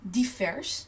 divers